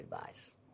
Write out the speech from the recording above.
advice